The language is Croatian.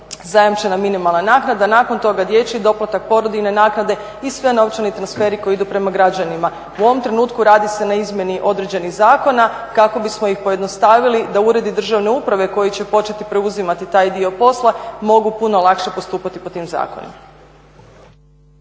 zajamčena minimalna naknada. Nakon toga dječji doplatak, porodiljne naknade i svi novčani transferi koji idu prema građanima. U ovom trenutku radi se na izmjeni određenih zakona kako bismo ih pojednostavili da uredi državne uprave koji će početi preuzimati taj dio posla mogu puno lakše postupati po tim zakonima.